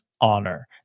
honor